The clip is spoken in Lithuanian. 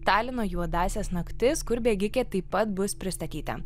talino juodąsias naktis kur bėgikė taip pat bus pristatyta